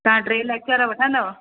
तव्हां टे लेक्चर वठंदव